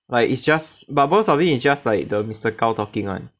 like it's just but most of it it's just like the mister gao talking [one]